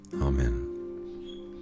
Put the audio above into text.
Amen